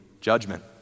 judgment